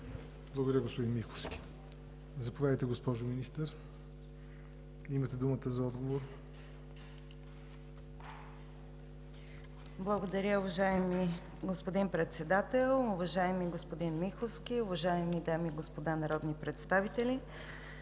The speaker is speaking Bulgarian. Благодаря Ви, господин Миховски. Заповядайте, госпожо Министър – имате думата за отговор. МИНИСТЪР ПЕТЯ АВРАМОВА: Благодаря, уважаеми господин Председател. Уважаеми господин Миховски, уважаеми дами и господа народни представители!